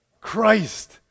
Christ